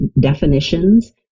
definitions